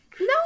No